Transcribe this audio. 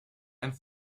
and